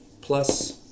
plus